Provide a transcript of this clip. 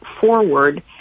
forward